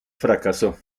fracasó